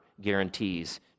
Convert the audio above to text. guarantees